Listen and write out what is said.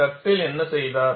Dugdale என்ன செய்தார்